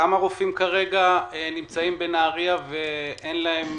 כמה רופאים כרגע נמצאים בנהריה ואין להם